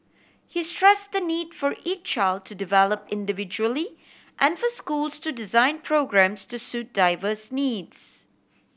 he stress the need for each child to develop individually and for schools to design programmes to suit diverse needs